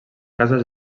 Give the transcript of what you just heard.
casa